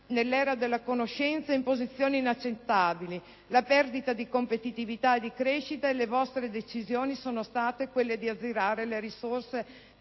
nell'era della conoscenza in posizioni inaccettabili, la perdita di competitività e di crescita e le vostre decisioni sono state quelle di azzerare le risorse